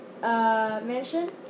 Mansion